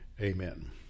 Amen